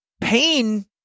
pain